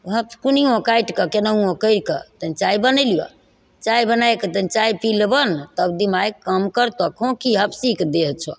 घसकुनियो काटिकऽ केनाहुओ करिकऽ तनि चाय बनैलियौ चाय बनाकऽ तनि चाय पी लेबौ ने तब दिमाग काम करतौ खोङ्खी हफसीके देह छौ